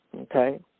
Okay